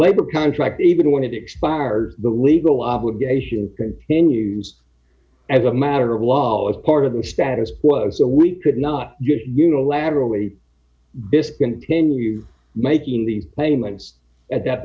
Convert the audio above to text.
labor contract even when it expires the legal obligations can then use as a matter of law as part of the status quo so we could not just unilaterally discontinue making the payments at that